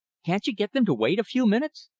can't you get them to wait a few minutes?